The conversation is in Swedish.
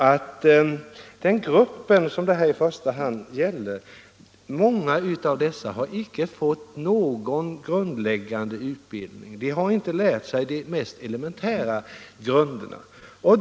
I den grupp som det i första hand gäller är det många som icke har fått någon grundläggande utbildning. De har inte lärt sig det mest elementära.